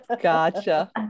gotcha